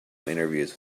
interviews